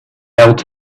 out